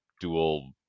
dual